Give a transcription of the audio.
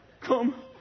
Come